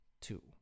two